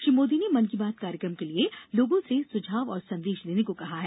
श्री मोदी ने मन की बात कार्यक्रम के लिए लोगों से सुझाव और संदेश देने को कहा है